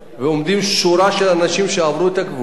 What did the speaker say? ועומדת שורה של אנשים שעברו את הגבול.